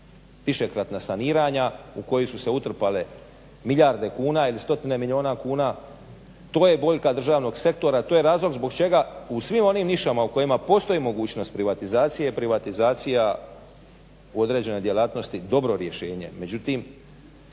višekratna saniranja, u koju su se utrpale milijarde kuna ili stotine milijuna kuna. To je boljka državnog sektora, to je razlog zbog čega u svim onim … u kojima postoji mogućnost privatizacije privatizacija u određenoj djelatnosti dobro rješenje.